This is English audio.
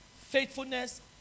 faithfulness